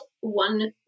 one